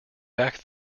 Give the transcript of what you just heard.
back